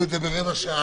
ננעלה בשעה